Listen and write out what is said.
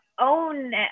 own